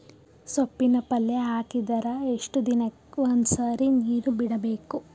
ಸೊಪ್ಪಿನ ಪಲ್ಯ ಹಾಕಿದರ ಎಷ್ಟು ದಿನಕ್ಕ ಒಂದ್ಸರಿ ನೀರು ಬಿಡಬೇಕು?